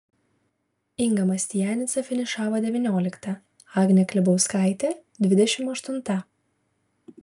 inga mastianica finišavo devyniolikta agnė klebauskaitė dvidešimt aštunta